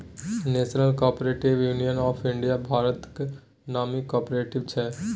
national cooperative union of India भारतक नामी cooperative छै